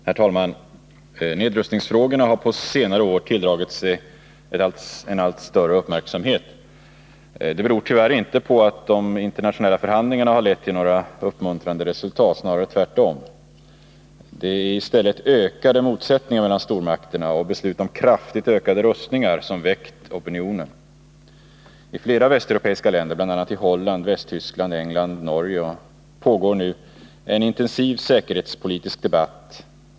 Herr talman! Nedrustningsfrågorna har på senare år tilldragit sig allt större uppmärksamhet. Det beror tyvärr inte på att de internationella förhandlingarna harlett till några uppmuntrade resultat — snarare tvärtom. Det är i stället ökade motsättningar mellan stormakterna och beslut om kraftigt ökade rustningar som väckt opinionen. I flera västeuropeiska länder, bl.a. Holland, Västtyskland, England och Norge, pågår nu en intensiv säkerhetspolitisk debatt.